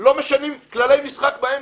לא משנים כללי משחק באמצע.